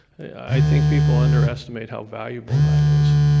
i think people underestimate how valuable that is.